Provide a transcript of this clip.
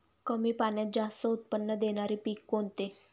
कमी पाण्यात जास्त उत्त्पन्न देणारे पीक कोणते?